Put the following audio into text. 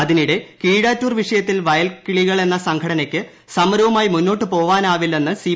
അതിനിടെ കീഴാറ്റൂർ വിഷയത്തിൽ വയൽക്കളികൾ എന്ന സംഘടനയ്ക്ക് സമരവുമായി മുന്നോട്ടു പോവാനാവില്ലെന്ന് സി